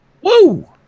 Woo